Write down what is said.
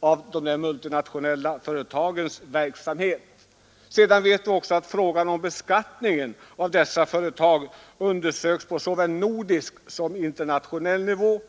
av de multinationella företagens verksamhet. Vi vet också att frågan om beskattningen av dessa företag skall undersökas på såväl nordisk som internationell nivå.